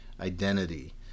identity